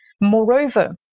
Moreover